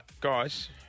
guys